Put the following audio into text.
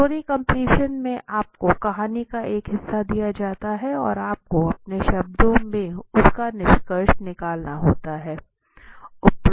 story completion में आपको कहानी का एक हिस्सा दिया जाता है और आपको अपने शब्दों में उसका निष्कर्ष निकालना होता है